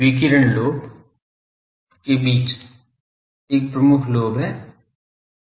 विकिरण लोब के बीच एक प्रमुख लोब है